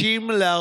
דקות.